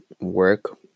work